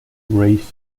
race